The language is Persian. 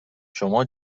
شماها